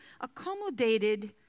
accommodated